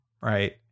Right